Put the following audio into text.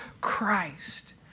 Christ